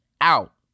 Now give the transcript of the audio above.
out